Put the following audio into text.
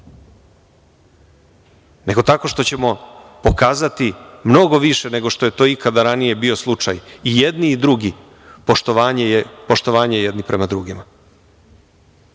nego tako što ćemo pokazati mnogo više nego što je to ikada ranije bio slučaj, i jedni i drugi, poštovanje jedni prema drugima. Ne